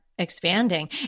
Expanding